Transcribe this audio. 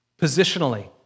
Positionally